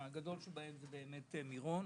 הגדול שבהם זה מירון,